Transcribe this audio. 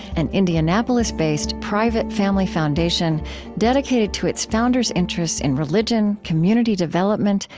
an indianapolis-based, private family foundation dedicated to its founders' interests in religion, community development,